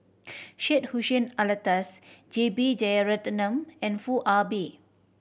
Syed Hussein Alatas J B Jeyaretnam and Foo Ah Bee